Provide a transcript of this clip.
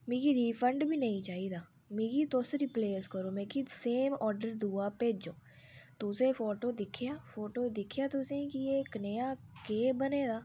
मिगी रीफंड बी नेईं चाहिदा मिगी तुस रिप्लेस करो मतलब कि सेम आर्डर दूआ भेजो तुसें फोटो दिक्खेआ फोटो दिक्खेआ तुसें कि एह् कनेहा केह् बने दा